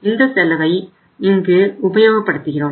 இந்த செலவை இங்கு உபயோகப்படுத்துகிறோம்